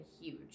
huge